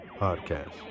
Podcast